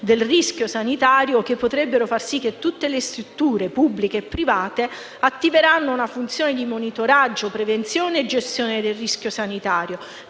del rischio sanitario che avrebbero potuto far sì che tutte le strutture, pubbliche e private, attivassero una funzione di monitoraggio, prevenzione e gestione del rischio sanitario.